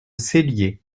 cellier